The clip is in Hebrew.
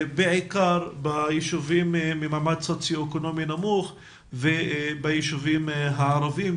בעיקר ביישובים ממעמד סוציו-אקונומי נמוך וביישובים הערבים,